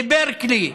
בברקלי,